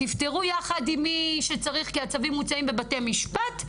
תפתרו יחד עם מי שצריך כי הצווים מוצאים בבתי משפט.